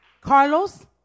Carlos